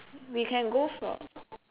we can go for